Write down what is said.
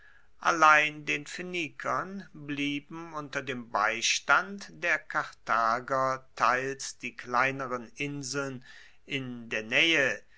allein den phoenikern blieben unter dem beistand der karthager teils die kleineren inseln in der naehe